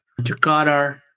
Jakarta